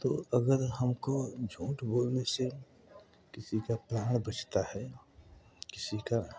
तो अगर हमको झूठ बोलने से किसी का प्राण बचता है किसी का